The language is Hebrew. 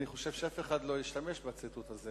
אני חושב שאף אחד לא ישתמש בציטוט הזה.